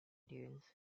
dunes